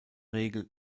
regel